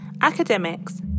academics